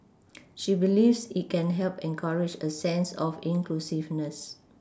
she believes it can help encourage a sense of inclusiveness